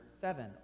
seven